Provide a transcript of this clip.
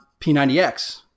P90X